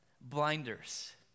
blinders